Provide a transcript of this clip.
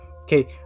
okay